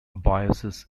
biases